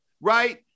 right